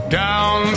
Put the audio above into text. down